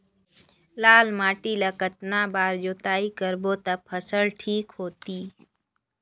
लाल माटी ला कतना बार जुताई करबो ता फसल ठीक होती?